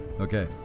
Okay